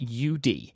UD